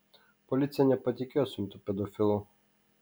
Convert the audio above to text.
policija nepatikėjo suimtu pedofilu